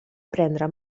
prendre